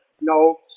no